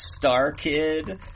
StarKid